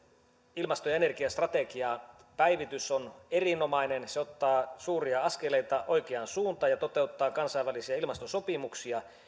ilmasto ja energiastrategiapäivitys on erinomainen se ottaa suuria askeleita oikeaan suuntaan ja toteuttaa kansainvälisiä ilmastosopimuksia